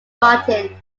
martin